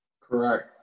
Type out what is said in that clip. Correct